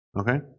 okay